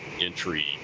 entry